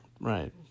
Right